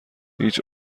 هیچ